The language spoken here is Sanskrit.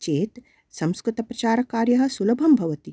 चेत् संस्कृतप्रचारकार्यः सुलभं भवति